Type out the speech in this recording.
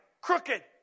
crooked